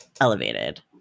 Elevated